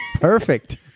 Perfect